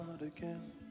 again